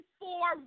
four